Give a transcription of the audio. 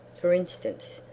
for instance,